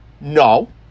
No